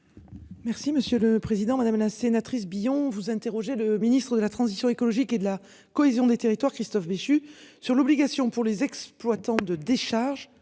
Merci monsieur le président, madame la sénatrice Billon vous interroger le Ministre de la Transition écologique et de la cohésion des territoires Christophe Béchu sur l'obligation pour les exploitants de décharges